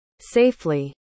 safely